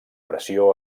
pressió